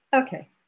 okay